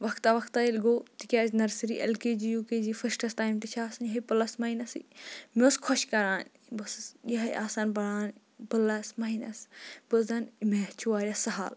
وقتہ وقتہ ییٚلہِ گوٚو تِکیٛازِ nursery L K G U K G فٕسٹَن تانۍ تہِ چھِ آسان یِہے پٕلَس ماینَس مےٚ اوس خۄش کَران بہٕ ٲسٕس یِہَے آسان پَران پٕلَس ماینَس بہٕ ٲسٕس دَپان میتھ چھُ واریاہ سہل